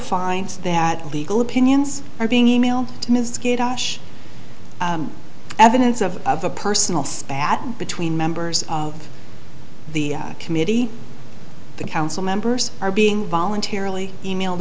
finds that legal opinions are being e mailed to me is good evidence of of a personal spat between members of the committee the council members are being voluntarily e mailed